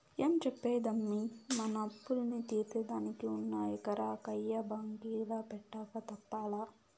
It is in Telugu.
ఏం చెప్పేదమ్మీ, మన అప్పుల్ని తీర్సేదానికి ఉన్న ఎకరా కయ్య బాంకీల పెట్టక తప్పలా